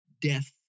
death